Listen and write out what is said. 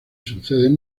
suceden